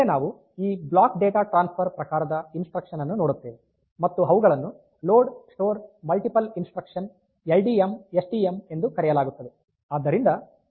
ಮುಂದೆ ನಾವು ಈ ಬ್ಲಾಕ್ ಡೇಟಾ ಟ್ರಾನ್ಸ್ಫರ್ ಪ್ರಕಾರದ ಇನ್ಸ್ಟ್ರಕ್ಷನ್ ಅನ್ನು ನೋಡುತ್ತೇವೆ ಮತ್ತು ಅವುಗಳನ್ನು load store multiple instruction L D M S T M ಎಂದು ಕರೆಯಲಾಗುತ್ತದೆ